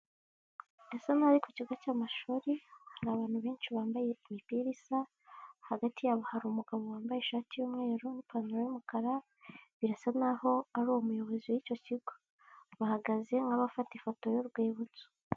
Bisa nkaho ari ku kigo cy'amashuri, hari abantu benshi bambaye imipiraa isa, hagati yabo hari umugabo wambaye ishati y'umweru n'ipantaro y'umukara, birasa naho ari umuyobozi w'icyo kigo, bahagaze nk'abafata ifoto y'urwibutso.